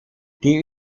die